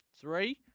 three